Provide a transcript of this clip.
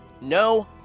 No